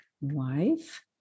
wife